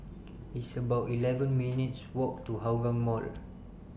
It's about eleven minutes' Walk to Hougang Mall